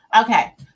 Okay